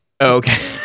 Okay